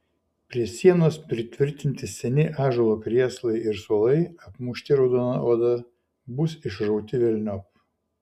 prie sienos pritvirtinti seni ąžuolo krėslai ir suolai apmušti raudona oda bus išrauti velniop